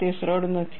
તે સરળ નથી